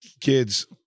kids